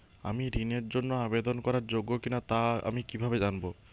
আমি ঋণের জন্য আবেদন করার যোগ্য কিনা তা আমি কীভাবে জানব?